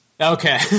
Okay